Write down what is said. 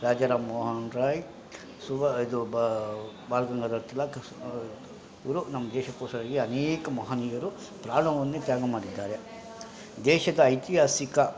ರಾಜಾರಾಮ್ ಮೋಹನ್ ರಾಯ್ ಸುಭಾ ಇದು ಬಾಲ್ಗಂಗಾಧರ್ ತಿಲಕ್ ಇವರು ನಮ್ಮ ದೇಶಕೋಸ್ರಾಗಿ ಅನೇಕ ಮಹನೀಯರು ಪ್ರಾಣವನ್ನೇ ತ್ಯಾಗ ಮಾಡಿದ್ದಾರೆ ದೇಶದ ಐತಿಹಾಸಿಕ